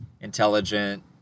intelligent